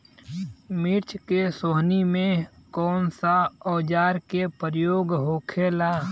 मिर्च के सोहनी में कौन सा औजार के प्रयोग होखेला?